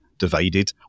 divided